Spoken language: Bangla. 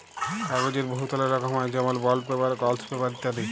কাগ্যজের বহুতলা রকম হ্যয় যেমল বল্ড পেপার, গলস পেপার ইত্যাদি